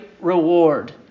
reward